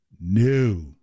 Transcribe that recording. new